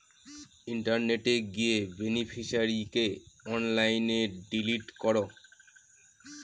ইন্টারনেটে গিয়ে বেনিফিশিয়ারিকে অনলাইনে ডিলিট করো